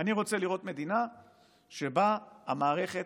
אני רוצה לראות מדינה שבה המערכת